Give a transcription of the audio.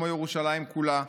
כמו ירושלים כולה,